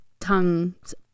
tongues